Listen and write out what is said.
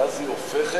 ואז היא הופכת